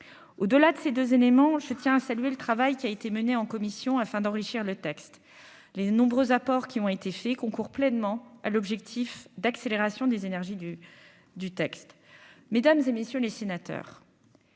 au-delà de ces 2 éléments, je tiens à saluer le travail qui a été menée en commission afin d'enrichir le texte, les nombreux apports qui ont été faits concours pleinement à l'objectif d'accélération des énergies du du texte, mesdames et messieurs les sénateurs.